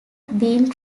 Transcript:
being